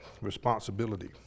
responsibility